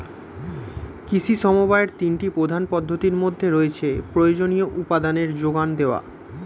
কৃষি সমবায়ের তিনটি প্রধান পদ্ধতির মধ্যে রয়েছে প্রয়োজনীয় উপাদানের জোগান দেওয়া